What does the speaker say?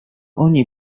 oni